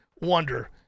wonder